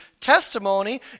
testimony